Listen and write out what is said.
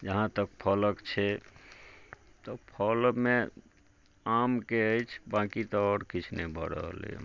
जहाँ तक फलक छै तऽ फलमे आमके अछि बाँकि तऽ आओर किछु नहि भऽ रहल अछि हमर मिथिलामे